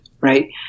right